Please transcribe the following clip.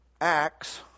Acts